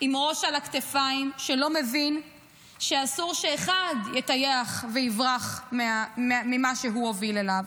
עם ראש שלא מבין שאסור שאחד יטייח ויברח ממה שהוא הוביל אליו.